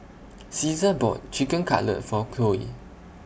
Caesar bought Chicken Cutlet For Cloe